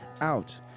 out